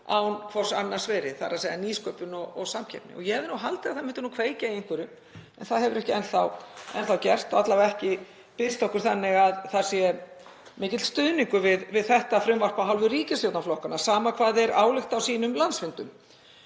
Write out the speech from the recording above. án hvor annars verið, þ.e. nýsköpun og samkeppni. Ég hefði haldið að það myndi nú kveikja í einhverjum en það hefur ekki enn þá gerst, alla vega ekki birst okkur þannig að það sé mikill stuðningur við þetta frumvarp af hálfu ríkisstjórnarflokkanna, sama hvað þeir álykta á sínum landsfundum.